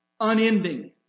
unending